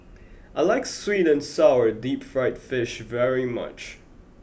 I like Sweet and Sour Deep Fried Fish very much